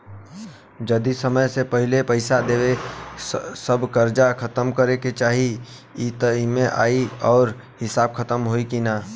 जदी समय से पहिले पईसा देके सब कर्जा खतम करे के चाही त ई.एम.आई वाला हिसाब खतम होइकी ना?